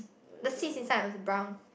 the seats inside was brown